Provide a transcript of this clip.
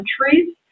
countries